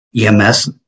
EMS